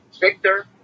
Victor